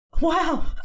Wow